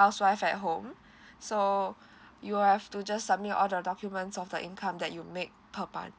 housewife at home so you will have to just submit all the documents of the income that you make per month